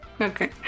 Okay